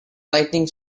lightning